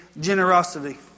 Generosity